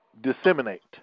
disseminate